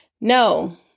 No